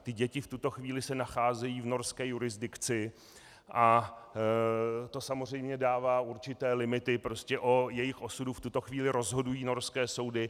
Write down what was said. Ty děti v tuto chvíli se nacházejí v norské jurisdikci a to samozřejmě dává určité limity, o jejich osudu v tuto chvíli rozhodují norské soudy.